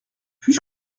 puis